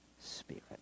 Spirit